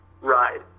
ride